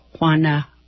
Juana